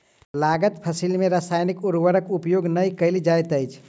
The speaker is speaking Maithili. लागल फसिल में रासायनिक उर्वरक उपयोग नै कयल जाइत अछि